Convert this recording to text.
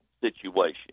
situation